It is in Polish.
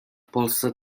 polsce